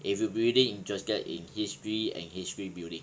if you really interested in history and history building